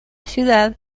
ciudad